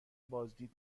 بازدید